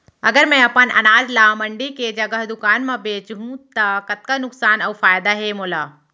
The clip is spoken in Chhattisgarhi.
अगर मैं अपन अनाज ला मंडी के जगह दुकान म बेचहूँ त कतका नुकसान अऊ फायदा हे मोला?